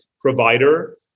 provider